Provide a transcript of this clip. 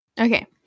Okay